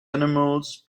animals